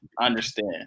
understand